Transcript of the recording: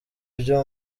byo